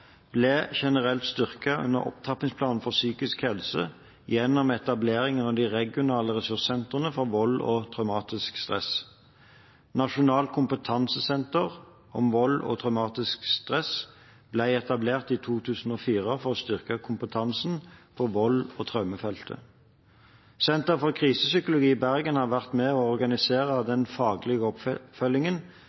ble generelt styrket i Opptrappingsplanen for psykisk helse gjennom etableringen av de regionale ressurssentrene om vold og traumatisk stress. Nasjonalt kunnskapssenter om vold og traumatisk stress ble etablert i 2004 for å styrke kompetansen på volds- og traumefeltet. Senter for Krisepsykologi i Bergen har vært med og organisert den faglige